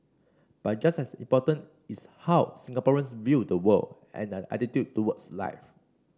but just as important is how Singaporeans view the world and their attitude towards life